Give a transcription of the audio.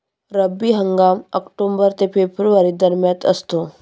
रब्बी हंगाम ऑक्टोबर ते फेब्रुवारी दरम्यान असतो